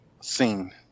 scene